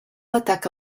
ataca